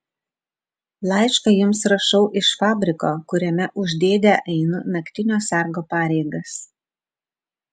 laišką jums rašau iš fabriko kuriame už dėdę einu naktinio sargo pareigas